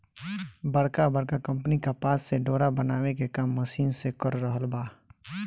बड़का बड़का कंपनी कपास से डोरा बनावे के काम मशीन से कर रहल बा